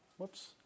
whoops